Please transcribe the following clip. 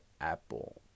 apple